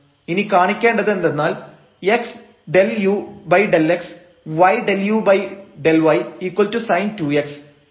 ഇനി കാണിക്കേണ്ടത് എന്തെന്നാൽ x∂u∂x y∂u∂y sin2x